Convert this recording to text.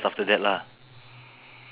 I was working in a part-time